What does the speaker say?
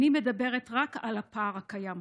אני מדברת רק על הפער הקיים.